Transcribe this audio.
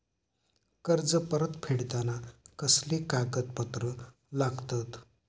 कर्ज परत फेडताना कसले कागदपत्र लागतत?